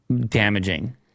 damaging